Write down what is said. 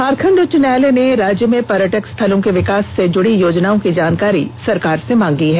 झारखंड उच्च न्यायालय ने राज्य में पर्यटक स्थलों के विकास से जुड़ी योजनाओं की जानकारी सरकार से मांगी है